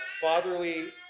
fatherly